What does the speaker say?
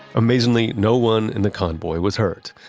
amazingly, no one in the convoy was hurt,